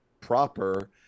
proper